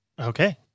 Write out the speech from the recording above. Okay